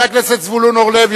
הכנסת זבולון אורלב,